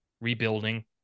rebuilding